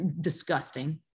disgusting